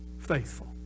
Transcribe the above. faithful